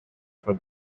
for